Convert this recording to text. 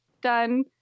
done